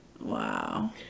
Wow